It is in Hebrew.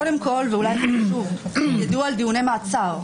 קודם כל יידוע על דיוני מעצר.